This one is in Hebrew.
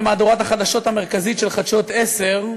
במהדורת החדשות המרכזית של "חדשות 10",